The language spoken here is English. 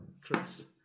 Chris